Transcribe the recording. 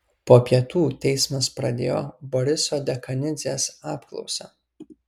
po pietų teismas pradėjo boriso dekanidzės apklausą